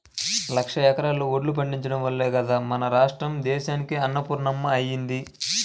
లక్షల ఎకరాల్లో వడ్లు పండించడం వల్లే గదా మన రాష్ట్రం దేశానికే అన్నపూర్ణమ్మ అయ్యింది